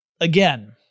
again